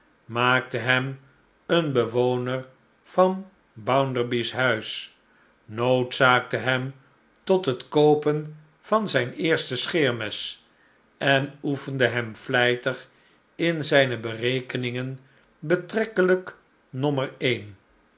maakte hem een bewoner van bounderby's huis noodzaakte hem tot het koopen van zijn eerste scheermes en oefende hem vlijtig in zijne berekeningen betrekkelijk nommer een